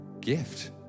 gift